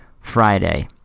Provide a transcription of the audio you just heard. Friday